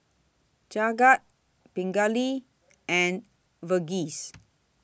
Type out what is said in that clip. Jagat Pingali and Verghese